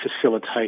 facilitate